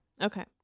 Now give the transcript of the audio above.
Okay